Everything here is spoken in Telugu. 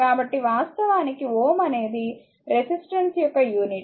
కాబట్టి వాస్తవానికి Ω అనేది రెసిస్టెన్స్ యొక్క యూనిట్